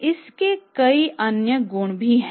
इसके कई अन्य गुण हैं